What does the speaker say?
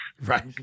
Right